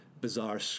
bizarre